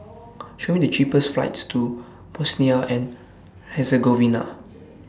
Show Me The cheapest flights to Bosnia and Herzegovina